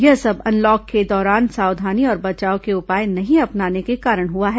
यह सब अनलॉक के दौरान सावधानी और बचाव के उपाय नहीं अपनाने के कारण हुआ है